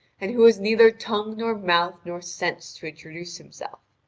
and who has neither tongue nor mouth nor sense to introduce himself.